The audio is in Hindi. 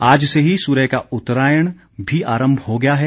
आज से ही सूर्य का उत्तरायण भी आरंभ हो गया है